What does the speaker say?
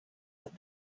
that